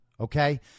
Okay